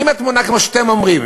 אם התמונה היא כמו שאתם אומרים,